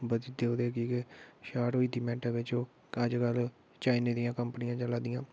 बजदी ओह्दे अग्गें शार्ट होई जंदी मैंटे बिच्च ओह् ते अज्जकल चाइना दियां कंपनियां चलै दियां